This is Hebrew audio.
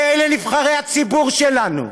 שאלה נבחרי הציבור שלנו.